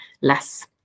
less